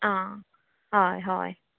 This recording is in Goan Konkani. आं हय हय